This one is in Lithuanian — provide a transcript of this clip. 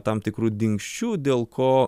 tam tikrų dingsčių dėl ko